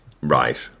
Right